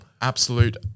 absolute